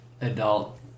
adult